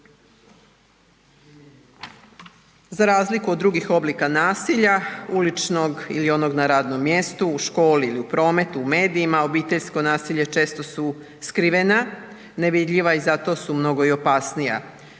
Za razliku od drugih oblika nasilja, uličnog ili onog na radnom mjestu, u školi ili u prometu, u medijima obiteljsko nasilje često su skrivena, nevidljiva i zato su mnogo i opasnija.